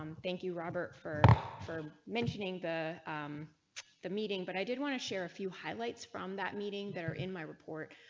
um thank you. robert for for mentioning. the um the meeting but i did want to share a few highlights from that meeting that are in my report.